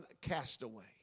castaway